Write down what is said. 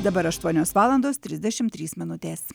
dabar aštuonios valandos trisdešim trys minutės